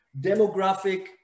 demographic